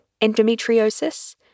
endometriosis